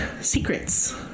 secrets